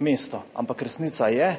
mesto. Ampak resnica je,